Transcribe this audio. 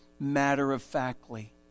matter-of-factly